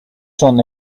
son